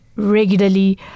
regularly